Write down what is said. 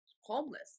homeless